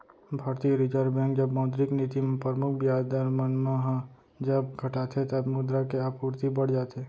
भारतीय reserve bank जब मौद्रिक नीति म परमुख बियाज दर मन ह जब घटाथे तब मुद्रा के आपूरति बड़ जाथे